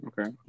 Okay